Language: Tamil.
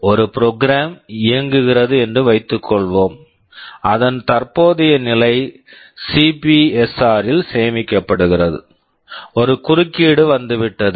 ஒரு ப்ரோக்ராம் program இயங்குகிறது என்று வைத்துக்கொள்வோம் அதன் தற்போதைய நிலை சிபிஎஸ்ஆர் CPSR ல் சேமிக்கப்படுகிறது ஒரு குறுக்கீடு வந்துவிட்டது